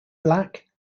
black